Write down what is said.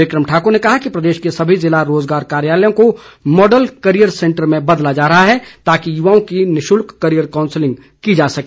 बिक्रम ठाकुर ने कहा कि प्रदेश के सभी जिला रोजगार कार्यालयों को मॉडल करियर सेंटर में बदला जा रहा है ताकि युवाओं की निशुल्क करियर कांउसलिंग की जा सके